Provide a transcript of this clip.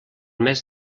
mes